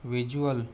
visual